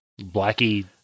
Blackie